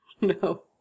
No